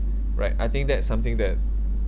right I think that's something that